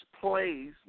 plays